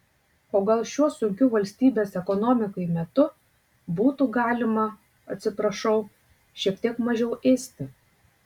o gal šiuo sunkiu valstybės ekonomikai metu būtų galima atsiprašau šiek tiek mažiau ėsti